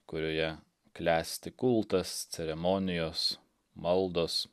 kurioje klesti kultas ceremonijos maldos